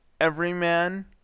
everyman